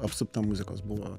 apsupta muzikos buvo